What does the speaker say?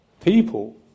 people